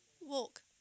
walk